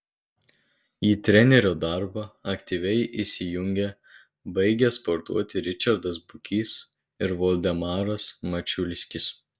į trenerio darbą aktyviai įsijungė baigę sportuoti ričardas bukys ir voldemaras mačiulskis